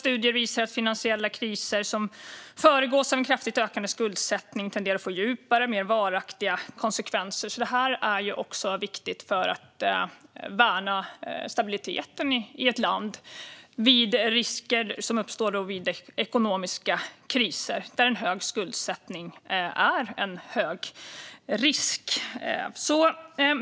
Studier visar att finansiella kriser som föregås av en kraftigt ökande skuldsättning tenderar att få djupare och varaktigare konsekvenser. Detta är alltså viktigt även för att värna stabiliteten i ett land vid risker som uppstår vid ekonomiska kriser, där en hög skuldsättning innebär en hög risk.